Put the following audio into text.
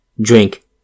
drink